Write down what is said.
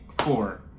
Four